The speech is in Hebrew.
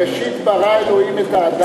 בראשית ברא אלוהים את האדם.